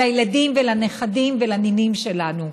לילדים ולנכדים ולנינים שלנו.